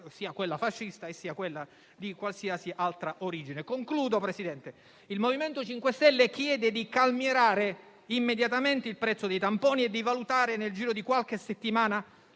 sia quella fascista, sia quella di qualsiasi altra origine. Concludendo, signor Presidente, il MoVimento 5 Stelle chiede di calmierare immediatamente il prezzo dei tamponi e di valutare, nel giro di qualche settimana,